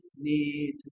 need